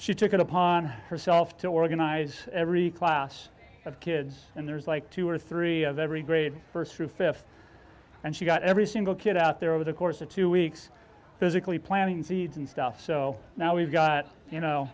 she took it upon herself to organize every class of kids and there's like two or three of every grade first through fifth and she got every single kid out there over the course of two weeks physically planting seeds and stuff so now we've got you know